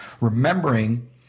Remembering